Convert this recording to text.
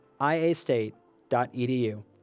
iastate.edu